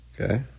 okay